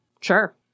Sure